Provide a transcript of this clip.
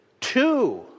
Two